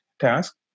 task